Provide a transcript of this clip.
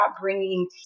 bringing